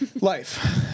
Life